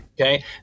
okay